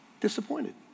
Disappointed